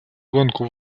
гонку